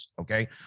okay